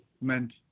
meant